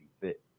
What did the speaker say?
fit